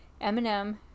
Eminem